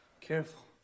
Careful